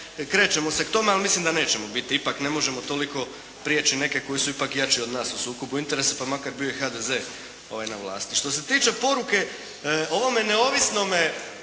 krećemo se k tome, ali mislim da nećemo biti. Ipak ne možemo toliko prijeći neke koji su ipak jači od nas u sukobu interesa, pa makar bio i HDZ na vlasti. Što se tiče poruke ovome neovisnome